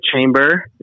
chamber